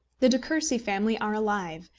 the de courcy family are alive,